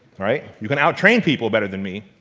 you can train people better than me,